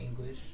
English